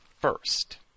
first